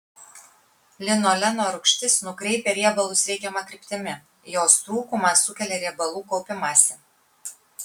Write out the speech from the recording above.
linoleno rūgštis nukreipia riebalus reikiama kryptimi jos trūkumas sukelia riebalų kaupimąsi